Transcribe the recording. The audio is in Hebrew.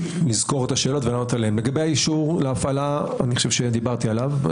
לגבי האישור להפעלה, דיברתי עליו.